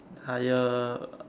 hire